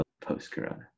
post-corona